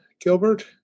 Gilbert